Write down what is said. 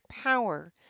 power